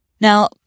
Now